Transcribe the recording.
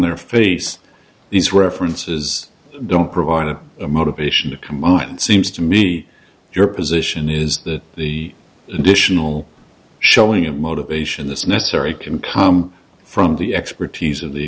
their face these references don't provide a motivation to come out and seems to me your position is that the additional showing of motivation this necessary compound from the expertise of the